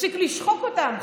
תפסיק לשחוק אותם.